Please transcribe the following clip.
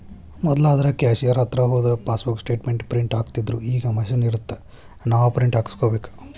ಮೊದ್ಲಾದ್ರ cashier ಹತ್ರ ಹೋದ್ರ passbook statement print ಹಾಕ್ತಿತ್ದ್ರುಈಗ ಮಷೇನ್ ಇರತ್ತ ನಾವ ಪ್ರಿಂಟ್ ಹಾಕಸ್ಕೋಬೇಕ